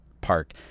Park